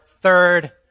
third